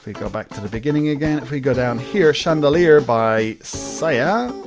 go back to the beginning, again, if we go down here, chandelier by sia.